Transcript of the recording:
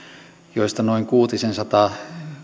joista kuutisensataa